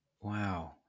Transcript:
Wow